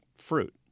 fruit